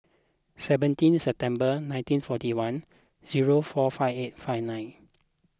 seventeen September nineteen forty one zero four five eight five nine